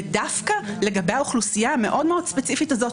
ודווקא לגבי האוכלוסייה המאוד מאוד ספציפית הזאת,